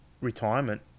retirement